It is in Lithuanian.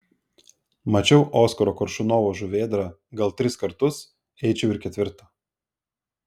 mačiau oskaro koršunovo žuvėdrą gal tris kartus eičiau ir ketvirtą